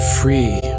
free